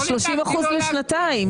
של 30% לשנתיים.